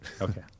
Okay